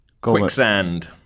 Quicksand